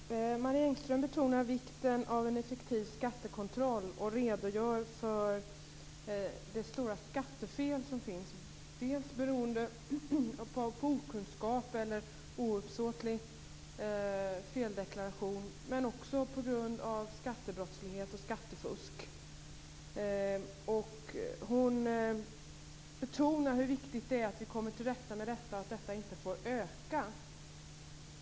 Fru talman! Marie Engström betonar vikten av en effektiv skattekontroll och redogör för de stora skattefel som sker beroende på okunskap eller ouppsåtlig feldeklaration men också på grund av skattebrottslighet och skattefusk. Hon betonar hur viktigt det är att vi kommer till rätta med detta och att detta inte får öka.